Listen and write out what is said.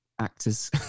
actors